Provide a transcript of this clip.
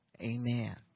Amen